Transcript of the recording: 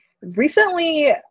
recently